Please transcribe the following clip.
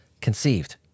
conceived